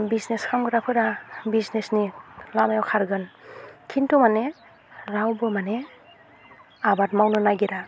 business खामग्राफोरा बिजिनिसनि लामायाव खारगोन खिन्थु माने रावबो माने आबाद मावनो नागिरा